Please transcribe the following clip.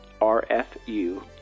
rfu